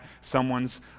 someone's